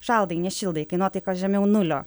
šaldai nešildai kai nuotaikos žemiau nulio